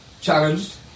challenged